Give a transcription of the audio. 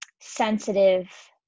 sensitive